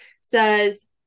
says